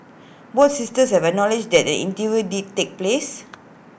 both sisters have acknowledged that interview did take place